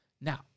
Now